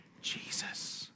Jesus